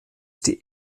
die